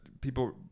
people